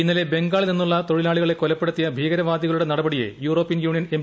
ഇന്നലെ ബംഗാളിൽ നിന്നുള്ള തൊഴിലാളികളെ കൊലപ്പെടുത്തിയ ഭീകരവാദികളുടെ നടപടിയെ യൂറോപ്യൻ യൂണിയൻ എം